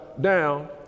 down